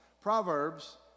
Proverbs